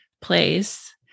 place